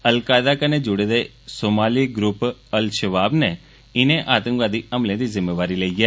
al Qaeda कन्नै जुड़े दे सोमाली ग्रुप अल षबाब नै इनें आतंकवादी हमलें दी जिम्मेदारी लेई ऐ